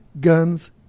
guns